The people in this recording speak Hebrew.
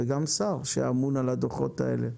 וגם שר שאמון על הדוחות האלה.